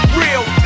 real